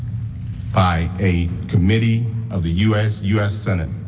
by a committee of the u s. u s. senate,